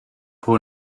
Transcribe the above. pwy